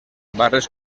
barres